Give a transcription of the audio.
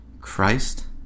Christ